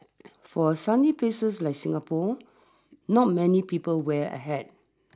for a sunny places like Singapore not many people wear a hat